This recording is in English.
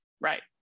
Right